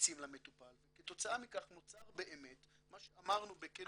ממליצים למטופל וכתוצאה מכך נוצר באמת מה שאמרנו בכנות,